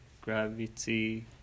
gravity